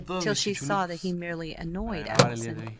till she saw that he merely annoyed allison.